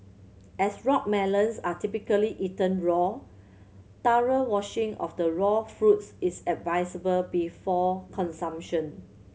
as rock melons are typically eaten raw thorough washing of the raw fruits is advisable before consumption